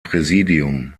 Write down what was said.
präsidium